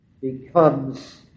becomes